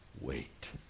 wait